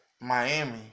Miami